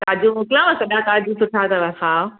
काजू मोकिलियांव सॼा काजू सुठा अथव हा